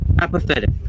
Apathetic